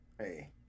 Hey